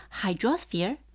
hydrosphere